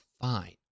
fine